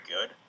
good